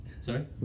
Sorry